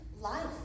life